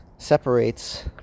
separates